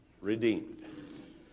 redeemed